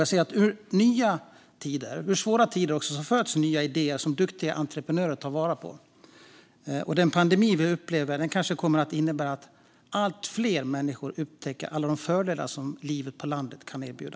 Jag ser att ur nya, svåra tider föds nya idéer som duktiga entreprenörer tar vara på. Den pandemi som vi upplever kanske kommer att innebära att fler upptäcker alla de fördelar som livet på landet kan erbjuda.